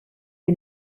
die